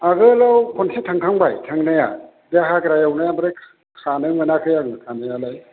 आगोलाव खनसे थांखांबाय थांनाया बे हाग्रा एवनाय ओमफ्राय खानो मोनाखै आरो खानायालाय